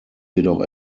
jedoch